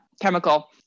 chemical